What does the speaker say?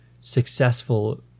successful